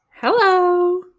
Hello